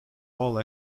all